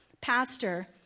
pastor